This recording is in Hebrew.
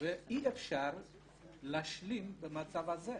ואי-אפשר להשלים עם המצב הזה.